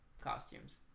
costumes